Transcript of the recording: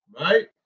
Right